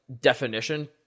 definition